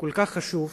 כל כך חשוב,